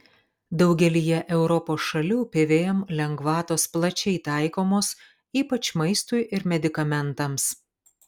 daugelyje europos šalių pvm lengvatos plačiai taikomos ypač maistui ir medikamentams